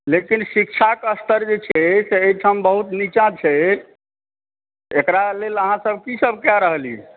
लेकिन शिक्षाकऽ स्तर जे छै से एहिठाम बहुत नीचाँ छै एकरा लेल अहाँ सब की सब कए रहलियै